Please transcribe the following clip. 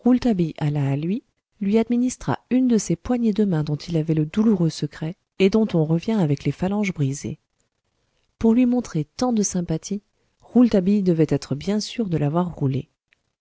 à lui lui administra une de ces poignées de main dont il avait le douloureux secret et dont on revient avec les phalanges brisées pour lui montrer tant de sympathie rouletabille devait être bien sûr de l'avoir roulé